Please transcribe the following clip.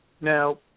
Now